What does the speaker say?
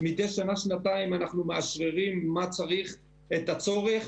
מדי שנה-שנתיים אנחנו מאשררים את הצורך